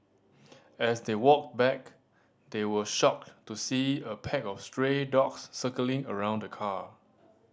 as they walked back they were shocked to see a pack of stray dogs circling around the car